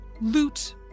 loot